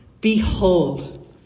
Behold